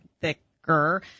thicker